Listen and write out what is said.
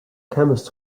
chemist